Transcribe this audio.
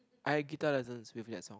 I had guitar lessons with that song